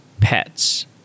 pets